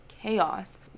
chaos